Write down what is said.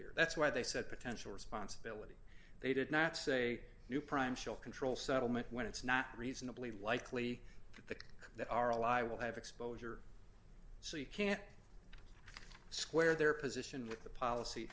here that's why they said potential responsibility they did not say new prime shall control settlement when it's not reasonably likely that our ally will have exposure so you can't square their position with the policy